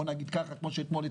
אבל זאת